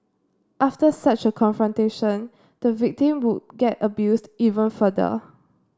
after such a confrontation the victim would get abused even further